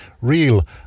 real